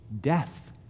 death